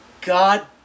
God